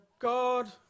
God